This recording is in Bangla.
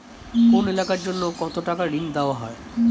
কোন এলাকার জন্য কত টাকা ঋণ দেয়া হয়?